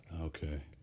Okay